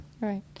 Right